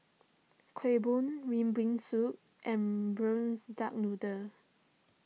Kueh Bom Red Bean Soup and Braised Duck Noodle